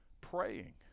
Praying